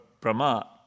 Brahma